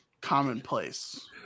commonplace